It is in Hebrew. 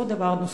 דבר נוסף.